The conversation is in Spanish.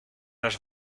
los